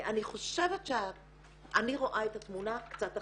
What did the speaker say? אני חושבת שאני רואה את התמונה קצת אחרת.